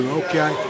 okay